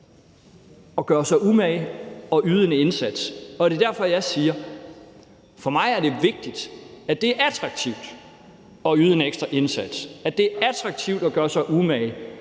at gøre sig umage og yde en indsats, og det er derfor, jeg siger: For mig er det vigtigt, at det er attraktivt at yde en ekstra indsats, at det er attraktivt at gøre sig umage,